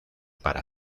para